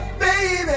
baby